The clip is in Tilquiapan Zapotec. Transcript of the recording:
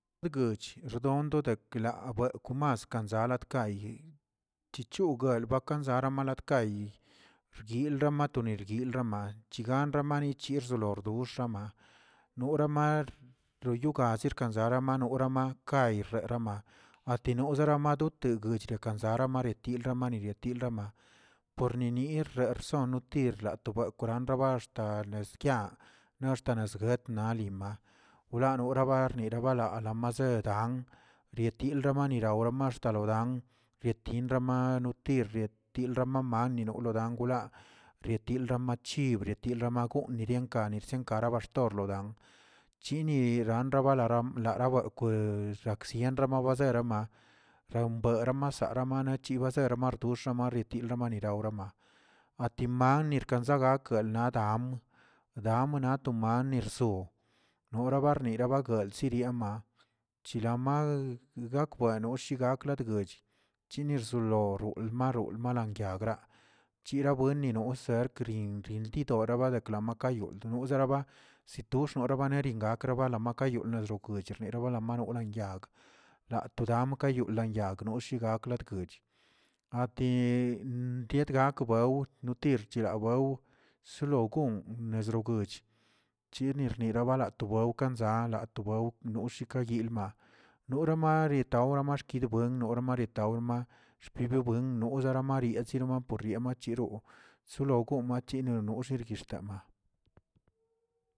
Lo guch rdondodekkla bwekw ke maska alat kaye chichogal bakanza malat kayi rguilga matoli guilrama ganramarichirszolo lo xama, nora marlo yo ga zirkanzarama wramakayrerama atinosera adoteguech nrakamanzaꞌa maretiel ramani nitielrama, porni nir erzon nutir ra tobekwꞌrarab axta neguian naꞌ axtana sguet nalima, wlanoraba rnirabala lamaseda rietilrama riraw ramax talodan, retinrama notir, retilramamani nora wla, retilrama chibr, retilrama gonꞌere, kanersien karaba torlodan, chini ranrabalaram raraweꞌ kwe zakzieꞌn ramabazieꞌ rambera masa ramachi bazera doxa manetil maneraurama, atima markenzaga akəlnadam, dam naton anerzoo nora barnira bagueltzə yemaa chilamagə gak buenos chigaklatguch chini rzolor ramrrol malanyag ra, cherabuenni oser cri crindidola badeklamayog dold seraba, sitox noraba nerin gakrabakang makayon gochrnera nolenyag la to dam kan yolan yag woshigalatgə ati piedgakbew notir chilabewꞌ solo gonꞌ nezrogoch, chirni nirabala to beoꞌ kanzaa ato bewꞌ nushika yilma norama yitawro maxkidwen nora maritawrn xpibi buen zara mariyetzi apoyemachira solo goon machino wxeg guixtan'.